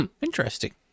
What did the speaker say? interesting